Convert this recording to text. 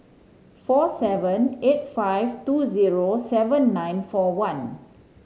four seven eight five two zero seven nine four one